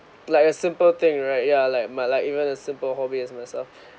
like a simple thing right ya like might like even a simple hobby as myself